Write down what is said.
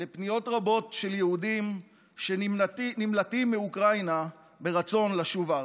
בפניות רבות של יהודים שנמלטים מאוקראינה ברצון לשוב ארצה,